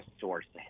sources